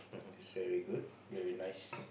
that's very good very nice